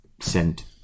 sent